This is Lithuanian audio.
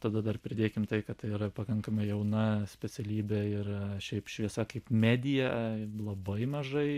tada dar pridėkim tai kad tai yra pakankamai jauna specialybė ir šiaip šviesa kaip medija labai mažai